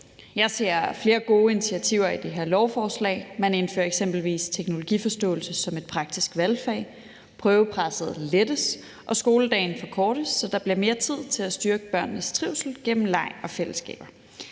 Jeg ser flere gode initiativer i det her lovforslag. Man indfører eksempelvis teknologiforståelse som et praktisk valgfag, prøvepresset lettes, og skoledagen forkortes, så der bliver mere tid til at styrke børnenes trivsel gennem leg og fællesskaber.